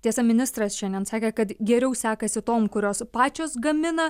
tiesa ministras šiandien sakė kad geriau sekasi tom kurios pačios gamina